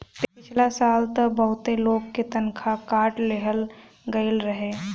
पिछला साल तअ बहुते लोग के तनखा काट लेहल गईल रहे